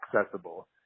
accessible